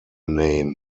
name